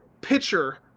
pitcher